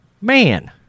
man